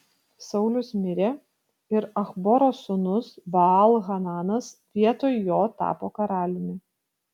saulius mirė ir achboro sūnus baal hananas vietoj jo tapo karaliumi